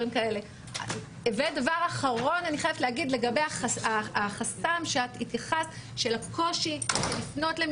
אני חייבת להתייחס לגבי החסם והקושי בפנייה